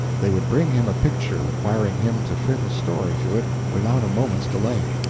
they would bring him a picture requiring him to fit a story to it without a moment's delay.